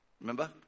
Remember